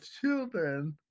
children